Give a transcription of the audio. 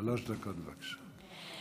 שלוש דקות, בבקשה.